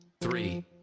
three